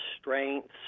strengths